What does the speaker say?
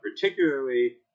particularly